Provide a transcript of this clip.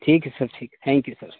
ٹھیک ہے سر ٹھیک تھینک یو سر